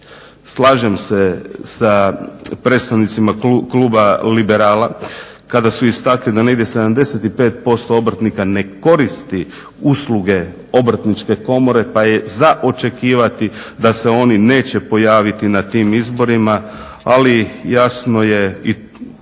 slažem se sa predstavnicima kluba Liberala kada su istakli da negdje 75% obrtnika ne koristi usluge Obrtničke komore, pa je za očekivati da se oni neće pojaviti na tim izborima. Ali jasno je da